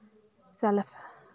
self